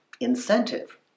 incentive